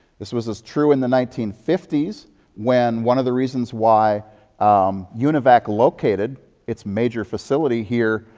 this was as true in the nineteen fifty s when one of the reasons why um univac allocated its major facility here,